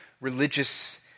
religious